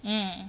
mm